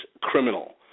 criminal